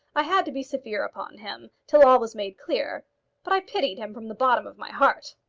i had to be severe upon him till all was made clear but i pitied him from the bottom of my heart.